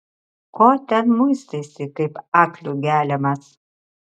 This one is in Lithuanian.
ko ten muistaisi kaip aklių geliamas